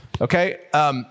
Okay